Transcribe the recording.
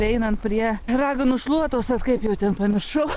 einant prie raganų šluotos ar kaip jau ten pamiršau